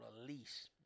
release